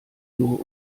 nur